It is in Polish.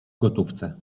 gotówce